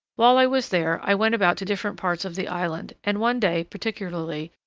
while i was there i went about to different parts of the island and one day, particularly,